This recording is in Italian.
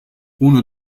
uno